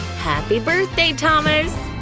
happy birthday, thomas!